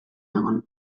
egon